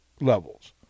levels